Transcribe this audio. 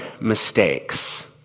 mistakes